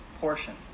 portion